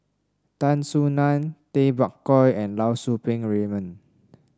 Tan Soo Nan Tay Bak Koi and Lau Poo Seng Raymond